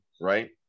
Right